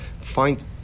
find